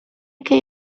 que